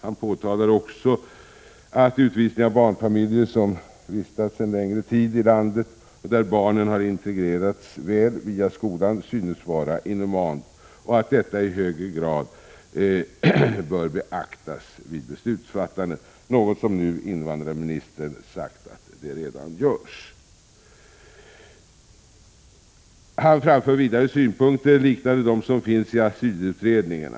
Han påtalar också att utvisningar av barnfamiljer, som vistats en längre tid i landet och där barnen har integrerats väl via skolan, synes vara inhumant och att detta i högre grad bör beaktas vid beslutsfattandet. Invandrarministern har sagt att det redan nu sker. Jessen-Petersen framför vidare synpunkter liknande dem som finns i asylutredningen.